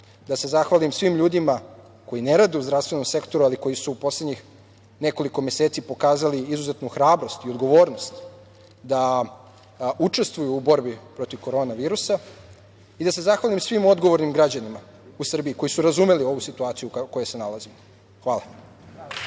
da se zahvalim svim ljudima koji ne rade u zdravstvenom sektoru ali koji su u poslednjih nekoliko meseci pokazali izuzetnu hrabrost i odgovornost da učestvuju u borbi protiv korona virusa i da se zahvalim svim odgovornim građanima u Srbiji koji su razumeli ovu situaciju u kojoj se nalazimo. Hvala.